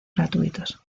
gratuitos